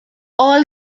all